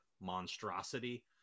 Monstrosity